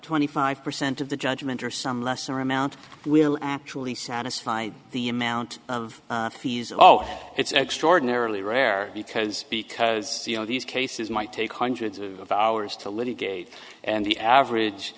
twenty five percent of the judgment or some lesser amount will actually satisfy the amount of fees oh it's extraordinarily rare because because you know these cases might take hundreds of hours to litigate and the average